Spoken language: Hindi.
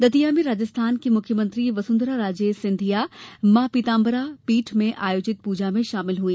दतिया में राजस्थान की मुख्यमंत्री वसुंधराराजे सिंधिया मां पिताम्बरा पीठ में आयोजित पूजा में शामिल हुई